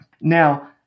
Now